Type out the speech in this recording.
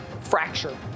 fracture